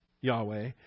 Yahweh